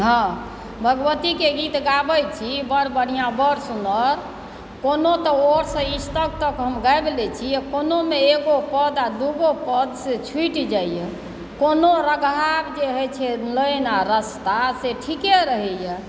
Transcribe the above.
हाँ भगवतीकेँ गीत गाबै छी बड़ बढ़िआँ बड़ सुन्दर कोनो तऽ ओरसँ इस तक हम गाबि लैत छी कोनोमे एगो पद या दुगो पदसँ छुटि जाइयै कोनो रागकेँ जे होइत छै लाइन आओर रस्ता से ठीके रहैए